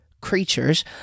creatures